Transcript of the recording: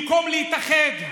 במקום להתאחד,